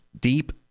deep